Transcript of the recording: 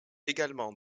également